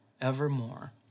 evermore